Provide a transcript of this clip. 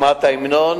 יהודיים.